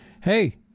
hey